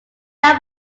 not